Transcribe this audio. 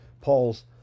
paul's